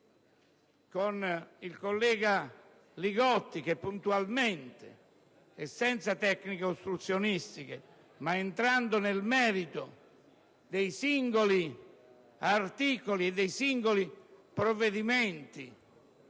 con il collega Li Gotti che, puntualmente e senza tecniche ostruzionistiche, è entrato nel merito dei singoli articoli e delle singole misure,